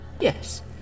Yes